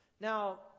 Now